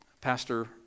pastor